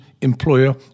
employer